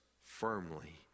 firmly